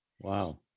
Wow